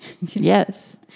yes